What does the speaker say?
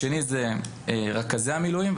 השני, זה רכזי מילואים.